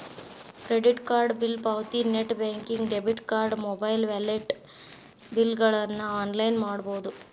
credit card bill ಪಾವತಿ net banking debit card mobile wallet ಬಿಲ್ಗಳನ್ನ online ಮಾಡಬೋದ್